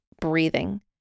breathing